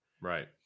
Right